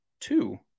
two